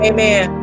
Amen